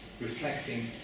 reflecting